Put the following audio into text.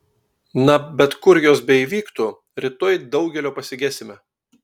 na bet kur jos beįvyktų rytoj daugelio pasigesime